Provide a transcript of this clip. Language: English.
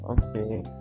Okay